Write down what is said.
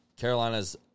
Carolina's